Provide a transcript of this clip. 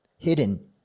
hidden